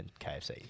KFC